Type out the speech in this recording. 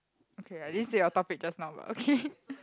okay I didn't say your topic just now but okay